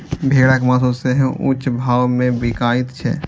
भेड़क मासु सेहो ऊंच भाव मे बिकाइत छै